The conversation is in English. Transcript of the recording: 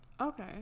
Okay